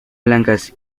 blancas